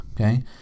okay